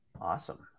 Awesome